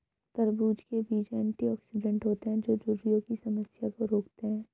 तरबूज़ के बीज एंटीऑक्सीडेंट होते है जो झुर्रियों की समस्या को रोकते है